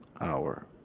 hour